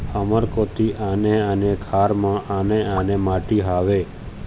हमर कोती आने आने खार म आने आने माटी हावे?